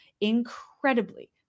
incredibly